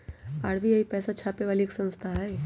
RBI पैसा छापे वाली एक संस्था हई